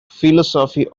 philosophy